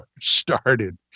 started